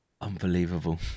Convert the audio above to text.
Unbelievable